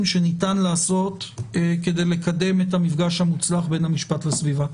שניתן לעשות כדי לקדם את המפגש המוצלח בין המשפט לסביבה.